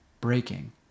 breaking